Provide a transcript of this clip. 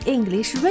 English